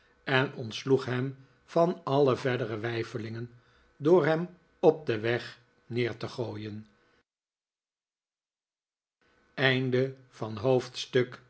en ontsloeg hem van alle verdere weifelingen door hem op den weg neer te gooien hoofdstuk